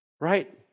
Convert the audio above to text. right